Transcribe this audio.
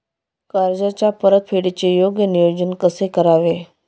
कर्जाच्या परतफेडीचे योग्य नियोजन कसे करावे?